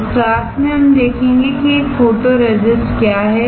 इस क्लास में हम देखेंगे कि एक फोटोरेसिस्ट क्या है